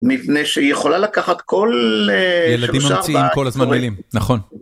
מפני שיכולה לקחת כל... ילדים ממציעים כל הזמן מילים. נכון.